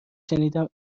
شنیدم